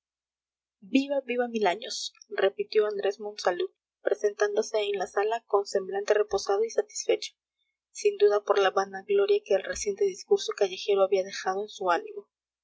viva viva mil años repitió andrés monsalud presentándose en la sala con semblante reposado y satisfecho sin duda por la vanagloria que el reciente discurso callejero había dejado en su ánimo